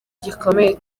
gikomeye